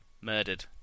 murdered